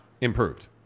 improved